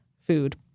food